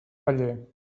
paller